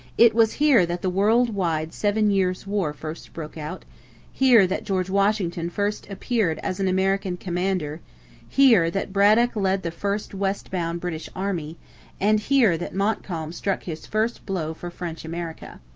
it was here that the world-wide seven years' war first broke out here that george washington first appeared as an american commander here that braddock led the first westbound british army and here that montcalm struck his first blow for french america.